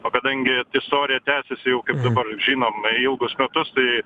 o kadangi istorija tęsiasi jau kaip dabar žinome ilgus metus tai